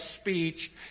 speech